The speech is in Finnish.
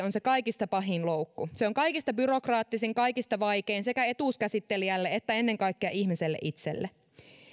on se kaikista pahin loukku se on kaikista byrokraattisin kaikista vaikein sekä etuuskäsittelijälle että ennen kaikkea ihmiselle itselleen